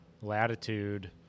latitude